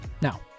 Now